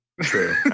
True